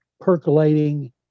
percolating